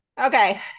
Okay